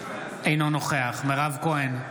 אינו נוכח מירב כהן,